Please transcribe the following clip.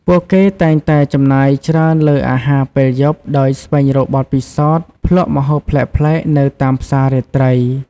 ពួកគេតែងតែចំណាយច្រើនលើអាហារពេលយប់ដោយស្វែងរកបទពិសោធន៍ភ្លក្សម្ហូបប្លែកៗនៅតាមផ្សាររាត្រី។